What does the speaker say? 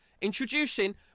Introducing